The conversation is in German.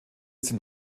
sind